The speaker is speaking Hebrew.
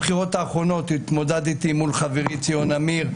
בבחירות האחרונות התמודדתי מול חברי ציון אמיר,